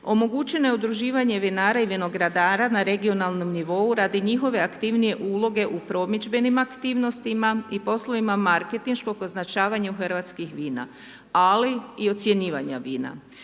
omogućeno je udruživanje vinara i vinogradara na regionalnom nivou radi njihove aktivnije uloge u promidžbenim aktivnostima i poslovima marketinškog označavanju hrvatskih vina, ali i ocjenjivanja vina.